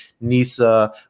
NISA